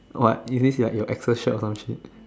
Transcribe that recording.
what is this like your ex's shirt or some shit